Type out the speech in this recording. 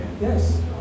Yes